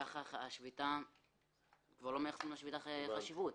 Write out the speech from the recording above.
כך כבר לא מייחסים לשביתה חשיבות.